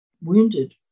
wounded